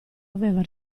aveva